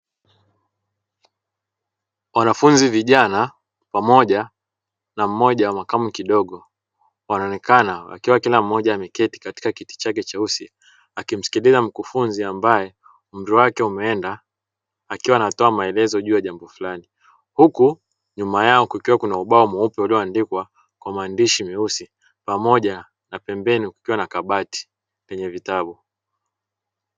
Wanafunzi vijana pamoja na mmoja wa makamu kidogo, wanaonekana wakiwa kila mmoja ameketi katika kiti chake cheusi akimsikiliza mkufunzi ambaye umri wake umeenda, akiwa anatoa maelezo juu ya jambo fulani huku nyuma ya kukiwa na ubao mweupe ulioandikwa kwa maandishi meusi pamoja na pembeni kukiwa na kabati yenye vitabu.